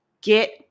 get